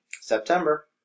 September